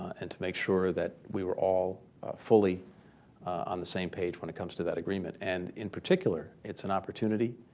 and to make sure that we were all fully on the same page when it comes to that agreement. and in particular it's an opportunity